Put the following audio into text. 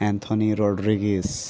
Anthony Rodrigues